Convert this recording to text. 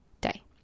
day